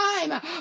time